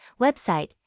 Website